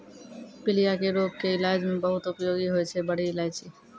पीलिया के रोग के इलाज मॅ बहुत उपयोगी होय छै बड़ी इलायची